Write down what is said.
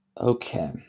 Okay